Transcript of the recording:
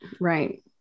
Right